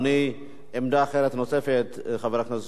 עמדה אחרת, נוספת, חבר הכנסת אורי אורבך.